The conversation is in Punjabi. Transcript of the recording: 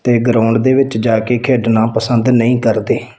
ਅਤੇ ਗਰਾਉਂਡ ਦੇ ਵਿੱਚ ਜਾ ਕੇ ਖੇਡਣਾ ਪਸੰਦ ਨਹੀਂ ਕਰਦੇ